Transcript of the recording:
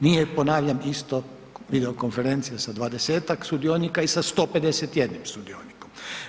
Nije, ponavljam, isto video-konferencija sa 20-tak sudionika i sa 151 sudionikom.